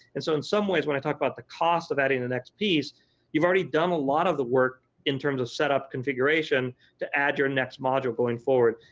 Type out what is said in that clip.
and so in some ways when i talk about the cost of adding the next piece you've already done a lot of the work in terms of setup configuration to add your next module going forward.